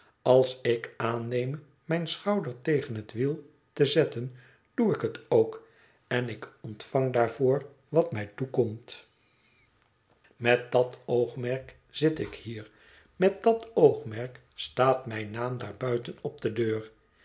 als ik aanneem mijn schouder tegen het wiel te zetten doe ik het ook en ik ontvang daarvoor wat mij toekomt met dat oogmerk zit ik hier met dat oogmerk staat mijn naam daar buiten op de deur